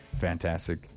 Fantastic